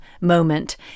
moment